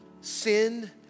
sin